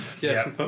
Yes